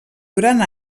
durant